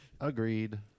Agreed